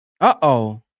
Uh-oh